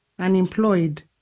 unemployed